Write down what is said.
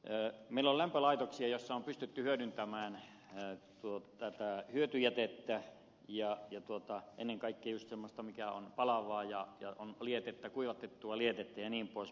meillä on lämpölaitoksia joissa on pystytty hyödyntämään hyötyjätettä ennen kaikkea just semmoista mikä on palavaa on kuivatettua lietettä jnp